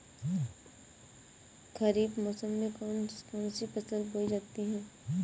खरीफ मौसम में कौन कौन सी फसलें बोई जाती हैं?